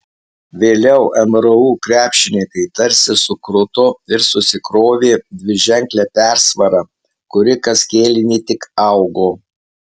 vėliau mru krepšininkai tarsi sukruto ir susikrovė dviženklę persvarą kuri kas kėlinį tik augo